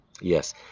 Yes